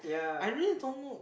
I really don't know